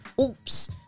oops